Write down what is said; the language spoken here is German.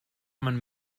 man